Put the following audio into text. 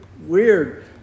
weird